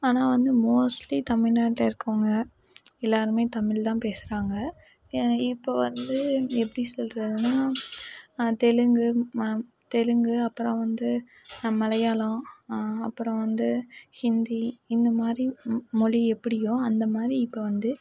ஆனால் வந்து மோஸ்ட்லி தமிழ்நாட்டில் இருக்கவங்க எல்லாருமே தமிழ் தான் பேசுகிறாங்க இப்போ வந்து எப்படி சொல்கிறதுன்னா தெலுங்கு தெலுங்கு அப்புறம் வந்து மலையாளம் அப்புறம் வந்து ஹிந்தி இந்த மாதிரி மொழி எப்படியோ அந்த மாதிரி இப்போ வந்து